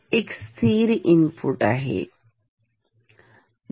आणि Vx हे स्थिर इनपुट आहे